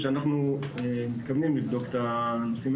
שאנחנו מתכוונים לבדוק את הנושאים